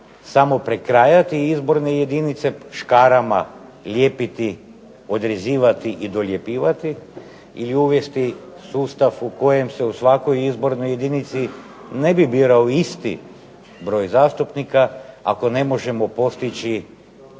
samo prekrajati izborne jedinice škarama, lijepiti, odrezivati i doljepljivati ili uvesti sustav u kojoj se svakoj izbornoj jedinici ne bi birao isti broj zastupnika ako ne možemo postići